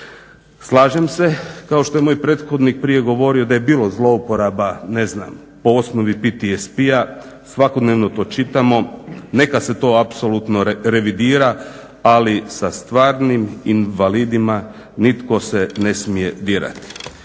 Slažem se, kao što je moj prethodnik prije govorio da je bilo zlouporaba ne znam po osnovi PTSP-a, svakodnevno to čitamo. Neka se to apsolutno revidira, ali sa stvarnim invalidima nitko se ne smije dirati.